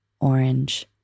orange